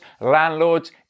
landlords